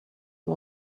you